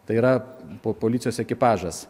tai yra po policijos ekipažas